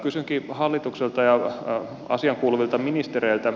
kysynkin hallitukselta ja asiaankuuluvilta ministereiltä